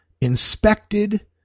inspected